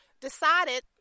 decided